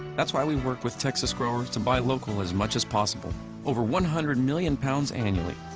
that's why we work with texas growers to buy local as much as possible over one hundred million pounds annually.